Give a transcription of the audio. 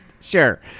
Sure